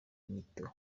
nyito